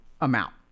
amount